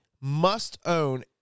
must-own